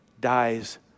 dies